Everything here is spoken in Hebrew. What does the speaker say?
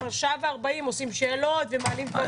כבר שעה ו-40 דקות שואלים שאלות ומעלים דברים.